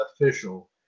official